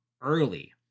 early